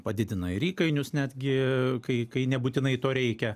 padidina ir įkainius netgi kai kai nebūtinai to reikia